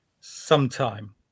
Sometime